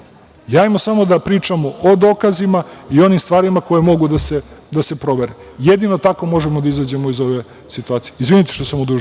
Hajde samo da pričamo o dokazima i onim stvarima koje mogu da se provere, jedino tako možemo da izađemo iz ove situacije.